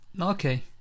Okay